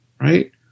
Right